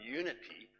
unity